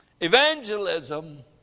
evangelism